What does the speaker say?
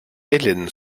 hélène